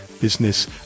business